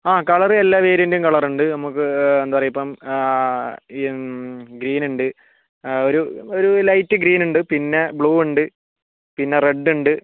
ആ കളറ് എല്ലാ വേരിയന്റും കളറുണ്ട് നമുക്ക് എന്താ പറയുക ഇപ്പം ഗ്രീനുണ്ട് ഒരു ലൈറ്റ് ഗ്രീനുണ്ട് പിന്നെ ബ്ലൂവുണ്ട് പിന്നെ റെഡ്ഡുണ്ട്